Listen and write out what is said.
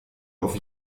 auf